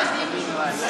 מה יהיה בדיון,